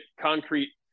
concrete